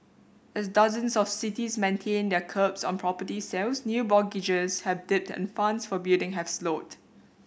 as dozens of cities maintain their curbs on property sales new mortgages have dipped and funds for building have slowed